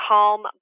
Calm